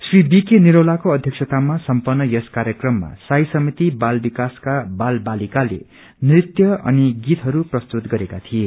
Shri B निरीलाको अध्यक्षतामा सम्पन्न यस क्वार्यक्रममा साई समिति बाल विकासका बाल बालिकाले नृत्य अनि गीतहरू प्रस्तुत गरेका थिए